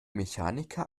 mechaniker